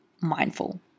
mindful